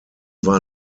war